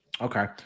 okay